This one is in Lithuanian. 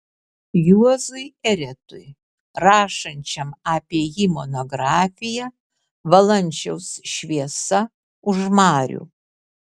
juozui eretui rašančiam apie jį monografiją valančiaus šviesa už marių